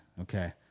okay